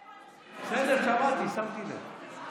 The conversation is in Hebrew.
בסדר, שמעתי, שמתי לב.